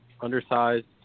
undersized